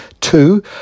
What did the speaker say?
Two